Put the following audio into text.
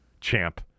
champ